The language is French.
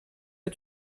que